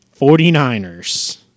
49ers